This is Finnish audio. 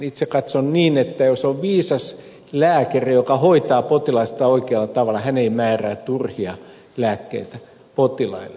itse katson niin että jos on viisas lääkäri joka hoitaa potilasta oikealla tavalla hän ei määrää turhia lääkkeitä potilaille